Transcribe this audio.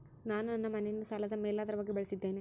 ನಾನು ನನ್ನ ಮನೆಯನ್ನು ಸಾಲದ ಮೇಲಾಧಾರವಾಗಿ ಬಳಸಿದ್ದೇನೆ